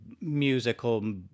musical